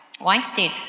Weinstein